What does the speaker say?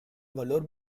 valor